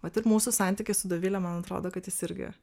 vat ir mūsų santyky su dovile man atrodo kad jis irgi